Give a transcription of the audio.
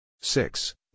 six